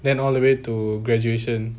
then all the way to graduation